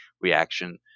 reaction